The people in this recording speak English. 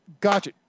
Gotcha